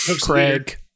Craig